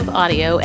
audio